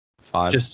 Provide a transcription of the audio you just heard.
Five